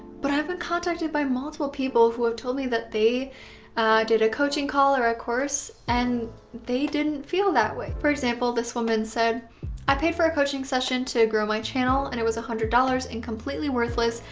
but i've been contacted by multiple people who have told me that they did a coaching call or a course and they didn't feel that way. for example, this woman said i paid for a coaching session to grow my channel and it was a hundred dollars and completely worthless.